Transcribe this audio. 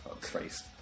Christ